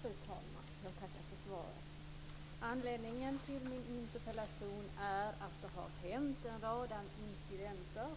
Fru talman! Jag tackar för svaret. Anledningen till min interpellation är att det har hänt en rad incidenter